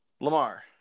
Lamar